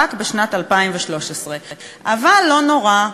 רק בשנת 2013. אבל לא נורא,